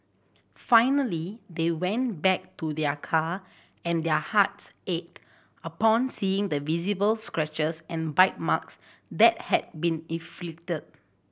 finally they went back to their car and their hearts ached upon seeing the visible scratches and bite marks that had been inflicted